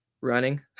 running